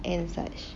and such